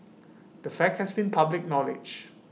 the fact has been public knowledge